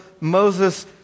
Moses